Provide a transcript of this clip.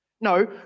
No